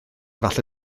falle